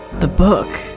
the book!